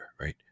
right